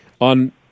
on